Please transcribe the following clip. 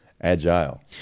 agile